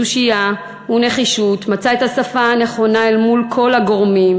בתושייה ונחישות מצא את השפה הנכונה אל מול כל הגורמים,